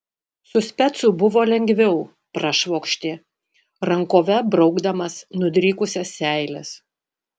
su specu buvo lengviau prašvokštė rankove braukdamas nudrykusias seiles